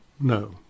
no